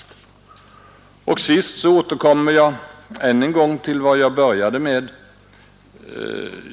Till sist återkommer jag än en gång till det jag började med.